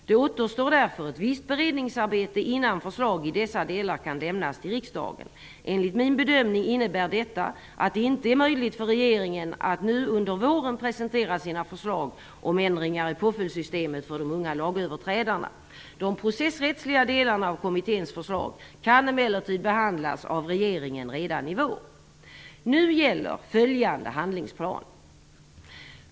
Det återstår därför ett visst beredningsarbete innan förslag i dessa delar kan lämnas till riksdagen. Enligt min bedömning innebär detta att det inte är möjligt för regeringen att nu under våren presentera sina förslag om ändringar i påföljdssystemet för de unga lagöverträdarna. De processrättsliga delarna av kommitténs förslag kan emellertid behandlas av regeringen redan i vår. Nu gäller följande handlingsplan.